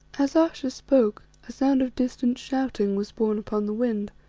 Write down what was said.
as ayesha spoke a sound of distant shouting was borne upon the wind,